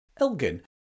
Elgin